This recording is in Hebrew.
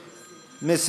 אדוני?